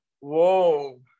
Whoa